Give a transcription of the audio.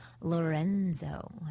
Lorenzo